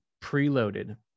preloaded